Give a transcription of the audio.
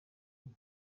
uku